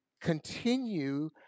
continue